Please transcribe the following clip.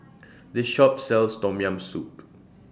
The Shop sells Tom Yam Soup